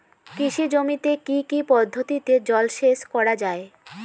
কৃষি জমিতে কি কি পদ্ধতিতে জলসেচ করা য়ায়?